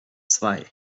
zwei